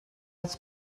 els